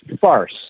farce